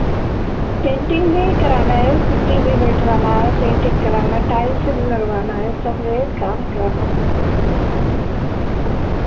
painting नहीं कराना है कुट्टी भी बैठवाना है पेन्टिंग कराना था टाइल सब लगवाना है सब वो काम करना है